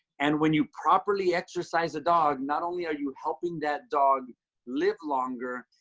and when you properly exercise a dog, not only are you helping that dog live longer,